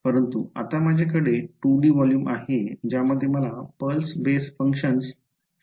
परंतु आता माझ्याकडे २ D व्हॉल्यूम आहे ज्यामध्ये मला पल्स बेस फंक्शन्स शोधायची आहेत